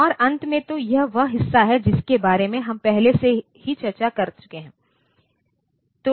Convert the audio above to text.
और अंत में तो यह वह हिस्सा है जिसके बारे में हम पहले ही चर्चा कर चुके हैं